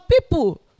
people